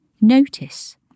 Notice